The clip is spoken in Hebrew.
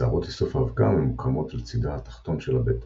שערות איסוף האבקה ממוקמות על צידה התחתון של הבטן.